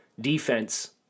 defense